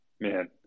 man